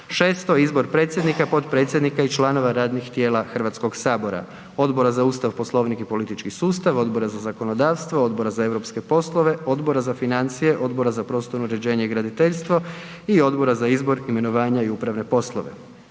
6. Izbor predsjednika, potpredsjednika i članova radnih tijela; Odbora za Ustav, Poslovnik i politički sustav, Odbora za zakonodavstvo, Odbora za europske poslove, Odbora za financije, Odbora za prostorno uređenje i graditeljstvo i Odbora za izbor, imenovanje i upravne poslove